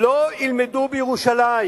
לא ילמדו בירושלים,